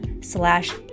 slash